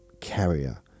carrier